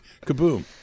Kaboom